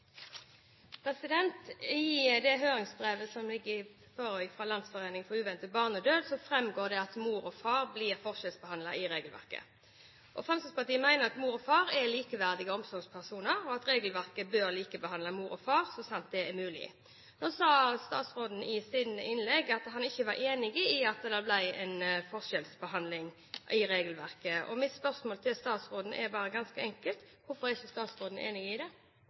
I det høringsbrevet som foreligger fra Landsforeningen uventet barnedød, framgår det at mor og far blir forskjellsbehandlet i regelverket. Fremskrittspartiet mener at mor og far er likeverdige omsorgspersoner, og at regelverket bør likebehandle mor og far – så sant det er mulig. Nå sa statsråden i sitt innlegg at han ikke var enig i at det var en forskjellsbehandling i regelverket. Mitt spørsmål til statsråden er ganske enkelt: Hvorfor er ikke statsråden enig i det?